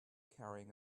carrying